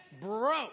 broke